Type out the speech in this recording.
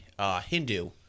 Hindu